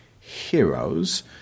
heroes